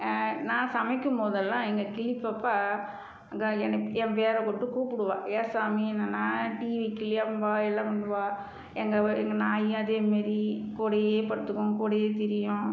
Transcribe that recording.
நான் சமைக்கும்போதெல்லாம் எங்கள் கிளி பாப்பா அங்கே என்னை என் பேரை போட்டு கூப்புடுவாள் ஏன் சாமி என்னன்னால் டீ வைக்கலையாம்பாள் எல்லாம் பண்ணுவாள் எங்கள் உ எங்கள் நாய் அதே மாரி கூடயே படுத்துக்கும் கூடயே திரியும்